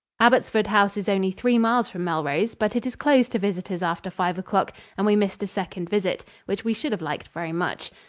abbottsford house is only three miles from melrose, but it is closed to visitors after five o'clock and we missed a second visit, which we should have liked very much.